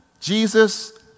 Jesus